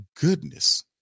goodness